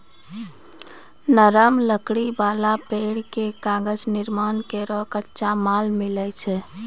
नरम लकड़ी वाला पेड़ सें कागज निर्माण केरो कच्चा माल मिलै छै